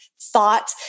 thought